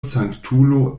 sanktulo